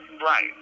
Right